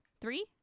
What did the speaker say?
three